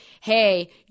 hey